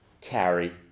carry